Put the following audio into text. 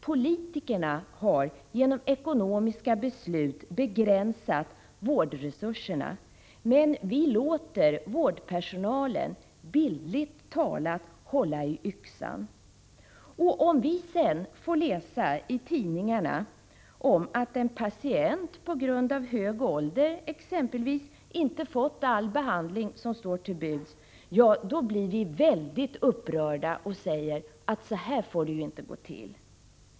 Politikerna har genom ekonomiska beslut begränsat vårdresurserna, men vi låter vårdpersonalen bildligt talat hålla i yxan. Och om vi sedan får läsa i tidningarna om att en patient, exempelvis på grund av hög ålder, inte fått all behandling som står till buds, då blir vi väldigt upprörda och säger att så här får det ju inte gå till.